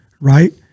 Right